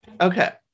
Okay